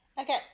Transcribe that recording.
Okay